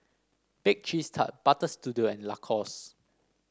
Bake Cheese Tart Butter Studio and Lacoste